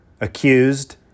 accused